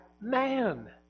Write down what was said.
man